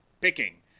picking